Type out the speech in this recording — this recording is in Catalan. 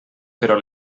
però